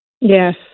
Yes